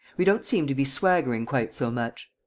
we don't seem to be swaggering quite so much.